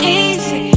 easy